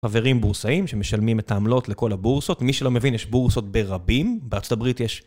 חברים בורסאים שמשלמים את העמלות לכל הבורסות. מי שלא מבין, יש בורסות ברבים. בארה״ב יש...